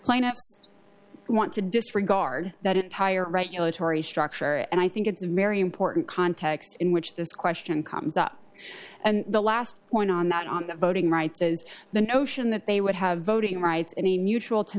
who want to disregard that entire regulatory structure and i think it's very important context in which this question comes up and the last point on that on voting rights is the notion that they would have voting rights in a mutual to